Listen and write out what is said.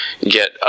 get